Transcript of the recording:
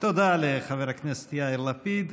תודה לחבר הכנסת יאיר לפיד.